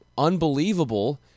unbelievable